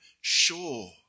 sure